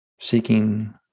seeking